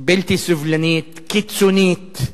בלתי סובלנית, קיצונית,